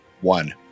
One